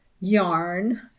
yarn